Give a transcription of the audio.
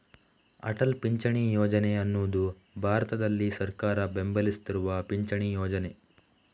ಅಟಲ್ ಪಿಂಚಣಿ ಯೋಜನೆ ಅನ್ನುದು ಭಾರತದಲ್ಲಿ ಸರ್ಕಾರ ಬೆಂಬಲಿಸ್ತಿರುವ ಪಿಂಚಣಿ ಯೋಜನೆ